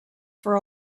for